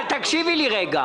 אבל תקשיבי לי רגע.